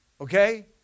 Okay